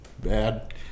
bad